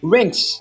Rings